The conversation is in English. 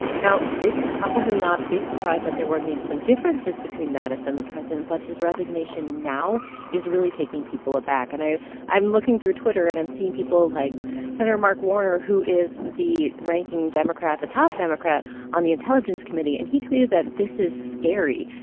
now, it's probably not a big surprise that there were maybe some differences between mattis and the president, but his resignation now is really taking people aback. and i'm looking through twitter. and i'm seeing people like senator mark warner, who is the ranking democrat the top democrat on the intelligence committee. and he tweeted that, this is scary.